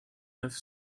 neuf